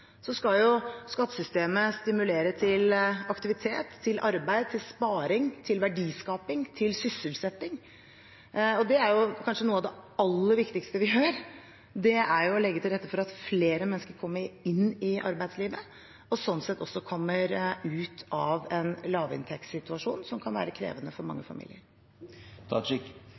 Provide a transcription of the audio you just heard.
skal skattesystemet stimulere til aktivitet, arbeid, sparing, verdiskaping og sysselsetting. Og kanskje noe av det alle viktigste vi gjør, er å legge til rette for at flere mennesker kommer seg inn i arbeidslivet, og slik sett også kommer ut av en lavinntektssituasjon, som kan være krevende for mange